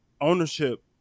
ownership